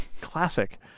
classic